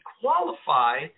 qualify